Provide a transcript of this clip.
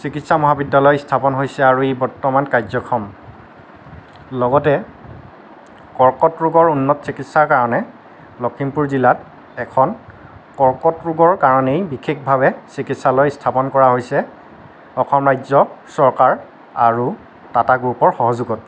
চিকিৎসা মহাবিদ্যালয় স্থাপন হৈছে আৰু ই বৰ্তমান কাৰ্যক্ষম লগতে কৰ্কট ৰোগৰ উন্নত চিকিৎসাৰ কাৰণে লখিমপুৰ জিলাত এখন কৰ্কট ৰোগৰ কাৰণেই বিশেষভাৱে চিকিৎসালয় স্থাপন কৰা হৈছে অসম ৰাজ্য চৰকাৰ আৰু টাটা গ্ৰুপৰ সহযোগত